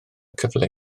cyfle